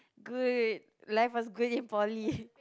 good life was good in poly